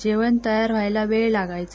जेवण तयार व्हायला वेळ लागायचा